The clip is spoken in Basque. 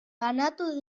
banatu